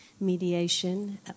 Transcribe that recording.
mediation